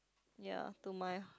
ya to my